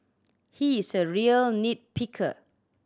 he is a real nit picker